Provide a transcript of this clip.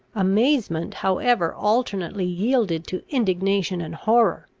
amazement however alternately yielded to indignation and horror.